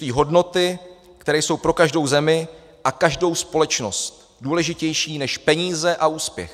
Že existují hodnoty, které jsou pro každou zemi a každou společnost důležitější než peníze a úspěch.